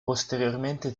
posteriormente